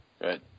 Good